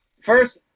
first